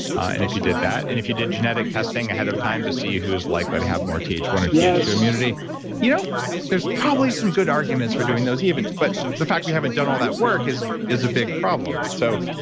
and if you did that. and if you did genetic testing ahead of time to see who's likely to have more t h one or t h two yeah immunity you know there's probably some good arguments for doing those even. but the fact we haven't done all that work is is a big problem. so,